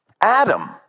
Adam